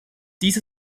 dies